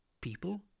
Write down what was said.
People